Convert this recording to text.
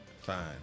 Fine